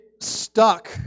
stuck